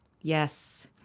Yes